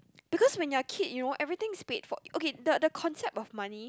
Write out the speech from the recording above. because when you're a kid you know everything is paid for okay the the concept of money